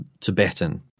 Tibetan